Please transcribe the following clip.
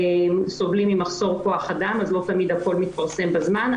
סובלים ממחסור כח אדם אז לא תמיד הכל מתפרסם בזמן,